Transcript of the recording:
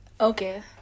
Okay